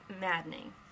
maddening